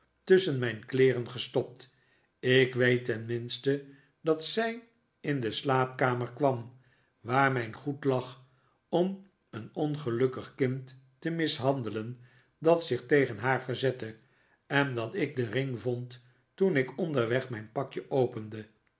tusschen mijn kleereri gestopt ik weet tenminste dat zij in de slaapkamer kwam waarmijn goed lag om een ongelukkig kind te mishandelen dat zich tegen haar verzette en dat ik den ring vond toen ik onderweg mijn pakje opende